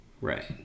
Right